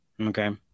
okay